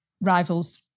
Rivals